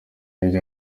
hirya